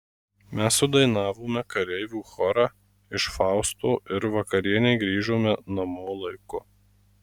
mes sudainavome kareivių chorą iš fausto ir vakarienei grįžome namo laiku